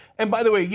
and by the way,